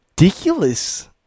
ridiculous